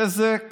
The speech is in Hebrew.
בזק